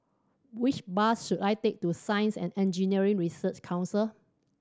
which bus should I take to Science and Engineering Research Council